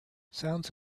sounds